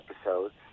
episodes